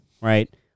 right